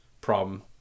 problem